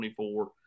24